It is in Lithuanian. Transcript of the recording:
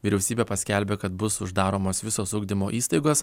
vyriausybė paskelbė kad bus uždaromos visos ugdymo įstaigos